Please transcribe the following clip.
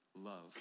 love